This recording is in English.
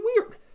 weird